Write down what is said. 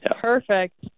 Perfect